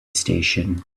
station